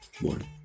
One